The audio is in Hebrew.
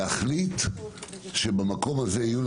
להחליט שבמקום הזה יהיו,